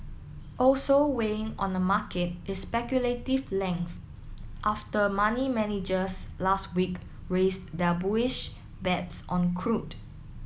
also weighing on the market is speculative length after money managers last week raised their bullish bets on crude